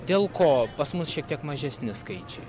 dėl ko pas mus šiek tiek mažesni skaičiai